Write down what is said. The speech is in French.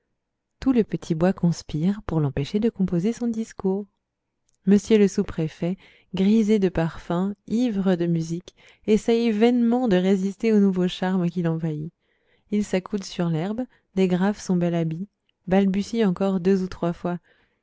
tout le petit bois conspire pour l'empêcher de composer son discours m le sous-préfet grisé de parfums ivre de musique essaye vainement de résister au nouveau charme qui l'envahit il s'accoude sur l'herbe dégrafe son bel habit balbutie encore deux ou trois fois